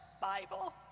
Bible